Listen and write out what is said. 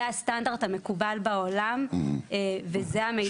זה הסטנדרט המקובל בעולם -- שנשמר?